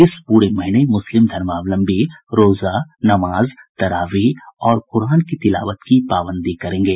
इस पूरे महीने मुस्लिम धर्मावलंबी रोजा नमाज तरावीह और कुरान की तिलावत की पाबंदी करेंगे